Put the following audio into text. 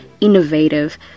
innovative